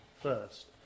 first